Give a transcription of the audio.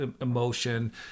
emotion